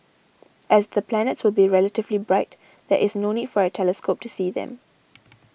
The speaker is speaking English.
as the planets will be relatively bright there is no need for a telescope to see them